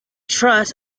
truss